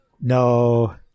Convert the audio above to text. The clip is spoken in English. No